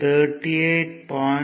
38